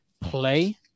play